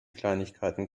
kleinigkeiten